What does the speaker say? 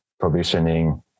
provisioning